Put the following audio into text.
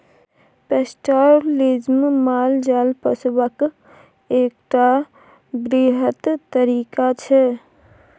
pastoralism माल जाल पोसबाक एकटा बृहत तरीका छै